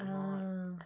ah